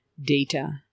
data